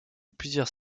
plusieurs